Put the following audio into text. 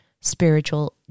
spiritual